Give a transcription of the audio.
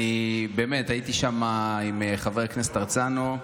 הייתי שם עם חבר הכנסת הרצנו,